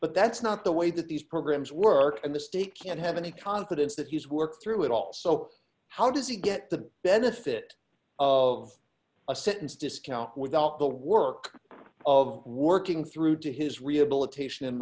but that's not the way that these programs work and the state can't have any confidence that he's worked through it all so how does he get the benefit of a sentence discount without the work of working through to his rehabilitation and